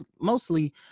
Mostly